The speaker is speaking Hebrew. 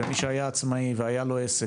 ומי שהיה עצמאי והיה לו עסק,